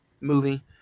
movie